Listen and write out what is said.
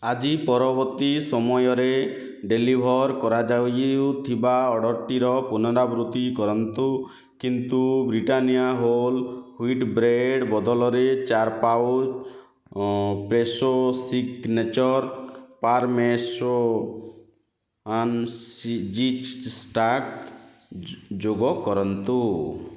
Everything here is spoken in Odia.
ଆଜି ପରବର୍ତ୍ତୀ ସମୟରେ ଡ଼େଲିଭର୍ କରାଯାଉଥିବା ଅର୍ଡ଼ର୍ଟିର ପୁନରାବୃତ୍ତି କରନ୍ତୁ କିନ୍ତୁ ବ୍ରିଟାନିଆ ହୋଲ୍ ହ୍ୱିଟ୍ ବ୍ରେଡ୍ ବଦଳରେ ଚାରି ପାଉଚ୍ ଫ୍ରେଶୋ ସିଗ୍ନେଚର୍ ଯୋଗକରନ୍ତୁ